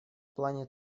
плане